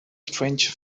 strange